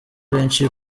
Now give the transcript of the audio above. benshi